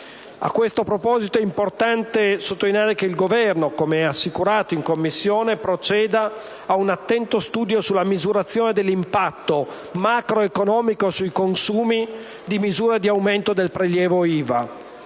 A questo proposito è importante sottolineare che il Governo, come assicurato in Commissione, proceda a un attento studio sulla misurazione dell'impatto macroeconomico sui consumi di misure di aumento del prelievo IVA,